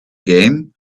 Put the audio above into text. game